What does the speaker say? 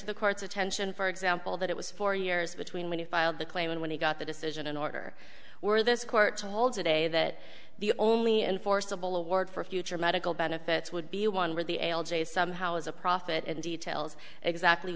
to the court's attention for example that it was four years between when you filed the claim and when he got the decision in order were this court to hold today that the only enforceable award for future medical benefits would be one where the algae somehow is a profit and details exactly